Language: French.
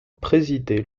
présidé